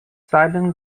silence